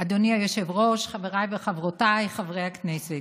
אדוני היושב-ראש, חבריי וחברותיי חברי הכנסת,